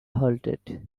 halted